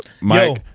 Mike